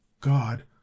God